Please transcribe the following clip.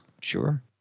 Sure